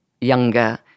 younger